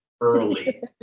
early